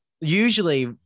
Usually